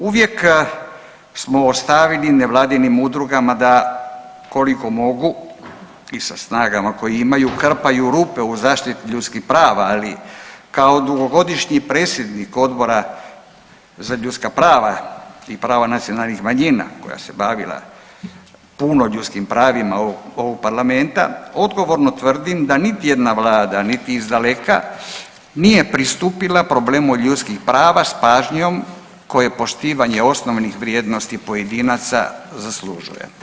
Uvijek smo ostavili nevladinim udrugama da koliko mogu, i sa snagama koje imaju krpaju rupe u zaštiti ljudskih prava, ali kao dugogodišnji predsjednik Odbora za ljudska prava i prava nacionalnih manjina koja se bavila puno ljudskim pravima ovog Parlamenta, odgovorno tvrdim da niti jedna Vlada, niti iz daleka nije pristupila problemu ljudskih prava s pažnjom koja je poštivanje osnovnih vrijednosti pojedinaca zaslužuje.